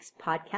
podcast